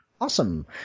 Awesome